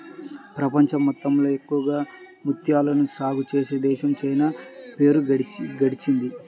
ప్రపంచం మొత్తంలో ఎక్కువగా ముత్యాలను సాగే చేసే దేశంగా చైనా పేరు గడించింది